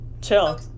chill